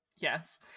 Yes